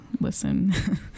listen